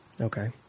okay